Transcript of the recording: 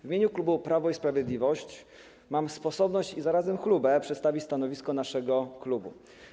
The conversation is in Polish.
W imieniu klubu Prawo i Sprawiedliwość mam sposobność i zarazem chlubę przedstawić stanowisko naszego klubu.